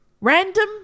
Random